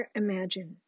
imagine